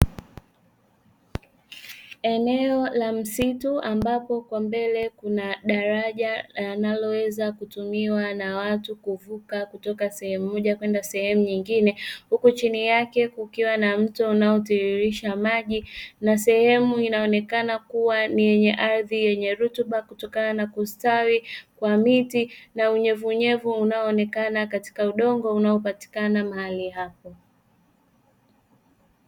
Eneo la msitu, ambapo kwa mbele kuna daraja linaloweza kutumiwa na watu kuvuka kutoka sehemu moja kwenda nyingine, huku chini yake kukiwa na mto unaotiririsha maji na sehemu inaonekana kuwa ni yenye ardhi yenye rutuba, kutokana na kustawi kwa miti na unyevuunyevu unaoonekana katika udongo unaopatikana mahali hapo.